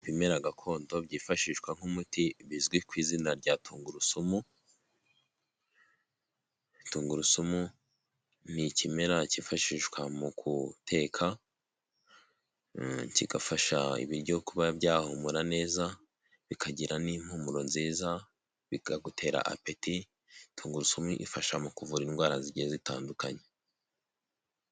Ibimera gakondo byifashishwa nk'umuti bizwi ku izina rya tungurusumu tungurusumu ni ikimera cyifashishwa mu guteka kigafasha ibiryo kuba byahumura neza bikagira n'impumuro nziza bikagutera apeti tungurusumu ifasha mu kuvura indwara ziigi zitandukanye.